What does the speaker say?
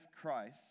Christ